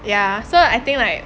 ya so I think like